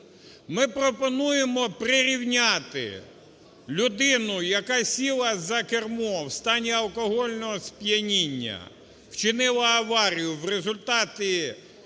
Ми пропонуємо прирівняти людину, яка сіла за кермо в стані алкогольного сп'яніння, вчинила аварію, в результаті